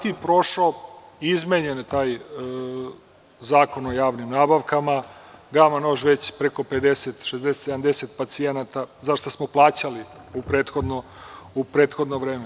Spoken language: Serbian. Gama nož, IT prošao, izmenjen je taj Zakon o javnim nabavkama, gama nož već preko 50, 60, 70 pacijenata za šta smo plaćali u prethodno vreme.